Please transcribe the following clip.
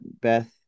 Beth